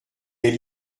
elle